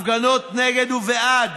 הפגנות נגד ובעד